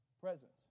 presence